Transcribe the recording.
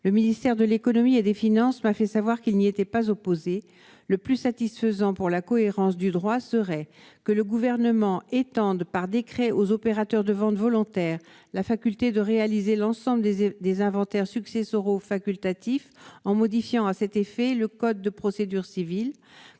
le ministère de l'Économie et des Finances, m'a fait savoir qu'il n'y était pas opposé le plus satisfaisant pour la cohérence du droit serait que le gouvernement étende par décret aux opérateurs de vente volontaire, la faculté de réaliser l'ensemble des et des inventaires successoraux facultatif en modifiant à cet effet, le code de procédure civile